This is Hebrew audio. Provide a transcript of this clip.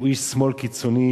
שהוא איש שמאל קיצוני,